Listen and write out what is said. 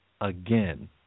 again